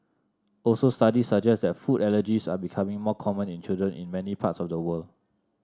also studies suggest that food allergies are becoming more common in children in many parts of the world